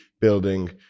building